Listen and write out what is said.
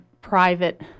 private